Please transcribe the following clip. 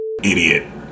Idiot